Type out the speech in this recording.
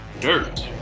dirt